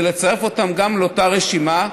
זה לצרף גם אותם לאותה רשימה.